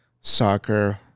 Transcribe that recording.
soccer